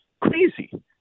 crazy